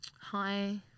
Hi